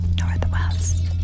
Northwest